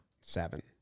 Seven